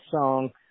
song